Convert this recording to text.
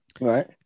Right